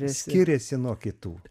skiriasi nuo kitų